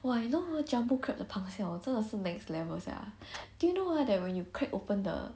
!wah! you know how jumbo crab 的螃蟹 ah 真的是 max levels sia do you know ah that when you crack open the